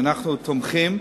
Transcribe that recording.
ואנו תומכים.